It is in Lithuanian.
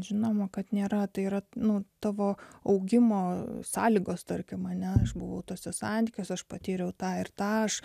žinoma kad nėra tai yra nuo tavo augimo sąlygos tarkim mane aš buvau tuose santykiuose aš patyriau tą ir tą aš